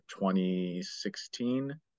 2016